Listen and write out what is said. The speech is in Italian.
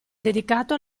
dedicato